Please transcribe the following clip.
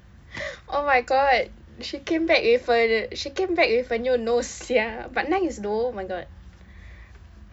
oh my god she came back with a she came back with a new nose sia but nice though oh my god